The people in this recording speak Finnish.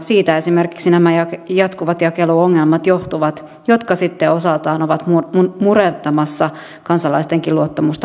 siitä johtuvat esimerkiksi nämä jatkuvat jakeluongelmat jotka sitten osaltaan ovat murentamassa kansalaistenkin luottamusta postiin